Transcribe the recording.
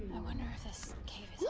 i wonder if this cave